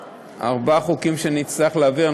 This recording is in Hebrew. ארבעה חוקים שאני אצטרך להעביר.